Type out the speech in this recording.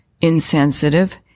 insensitive